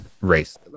race